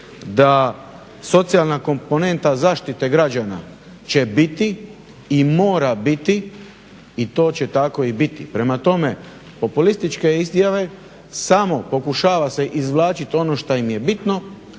da socijalna komponenta zaštite građana će biti i mora biti i to će tako i biti. Prema tome, populističke izjave samo pokušava se izvlačit ono što im je bitno,